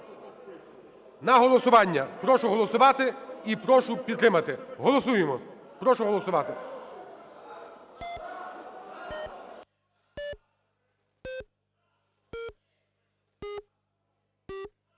на голосування. Прошу голосувати і прошу підтримати. Голосуємо. Прошу голосувати.